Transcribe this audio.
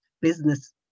business